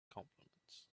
compliments